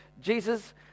Jesus